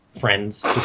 friends